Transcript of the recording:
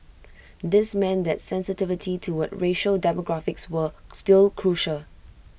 this meant that sensitivity toward racial demographics was still crucial